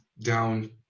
down